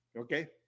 Okay